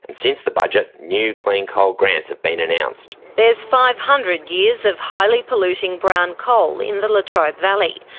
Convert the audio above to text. and since the budget, new clean coal grants have been announced. there's five hundred years of highly polluting brown coal in the latrobe valley.